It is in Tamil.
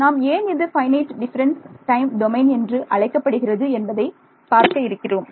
நாம் ஏன் இது ஃபைனைட் டிஃபரன்ஸ் டைம் டொமைன் என்று அழைக்கப்படுகிறது என்பதை பார்க்க இருக்கிறோம்